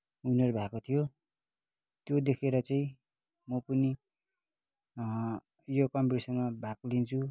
winner भएको थियो त्यो देखेर चाहिँ म पनि यो कम्पिटिसनमा भाग लिन्छु